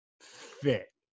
fit